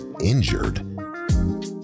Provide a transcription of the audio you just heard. injured